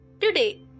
Today